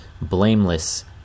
blameless